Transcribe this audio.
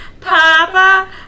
Papa